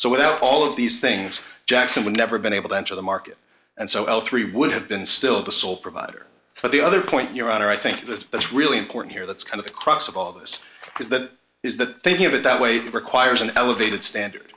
so without all of these things jackson would never been able to enter the market and so a three would have been still the sole provider but the other point your honor i think that that's really important here that's kind of the crux of all this because that is the thinking of it that way that requires an elevated standard